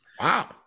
wow